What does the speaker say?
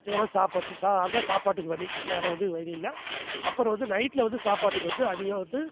இதெல்லாம் சாப்பிட்டு சா அதுதான் சாப்பாட்டுக்கு வலி வேற எதுவும் வலி இல்லை அப்புறம் வந்து நைட்ல வந்து சாப்பாட்டுக்கு வந்து அதிகம் வந்து